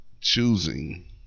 choosing